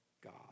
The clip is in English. God